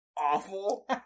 awful